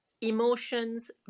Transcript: emotions